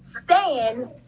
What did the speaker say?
stand